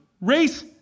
race